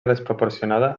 desproporcionada